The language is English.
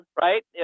right